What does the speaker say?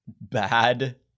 bad